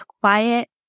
quiet